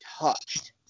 touched